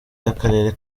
y’akarere